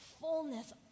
fullness